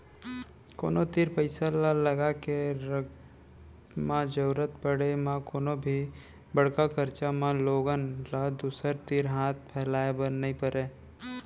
कोनो तीर पइसा ल लगाके रखब म जरुरत पड़े म कोनो भी बड़का खरचा म लोगन ल दूसर तीर हाथ फैलाए बर नइ परय